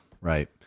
right